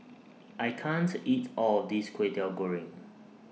I can't eat All of This Kway Teow Goreng